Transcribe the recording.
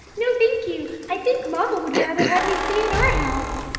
no, thank you i think mamma would rather have me stay in our house.